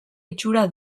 itxura